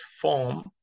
form